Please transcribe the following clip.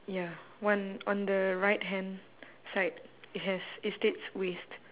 ya one on the right hand side it has it states waste